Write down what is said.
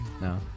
No